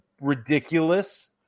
ridiculous